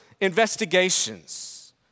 investigations